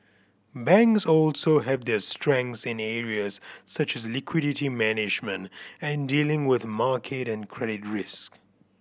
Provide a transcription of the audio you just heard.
banks also have their strengths in areas such as liquidity management and dealing with market and credit risk